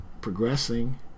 progressing